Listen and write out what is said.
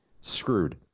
Screwed